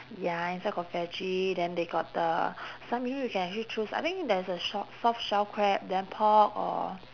ya inside got veggie then they got the some maybe you can actually choose I think there're a sh~ shell soft shell crab then pork or